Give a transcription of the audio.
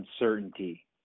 uncertainty